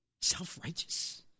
self-righteous